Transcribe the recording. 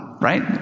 Right